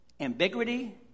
ambiguity